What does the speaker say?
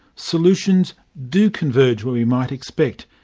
solutions do converge where we might expect,